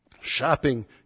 Shopping